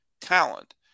talent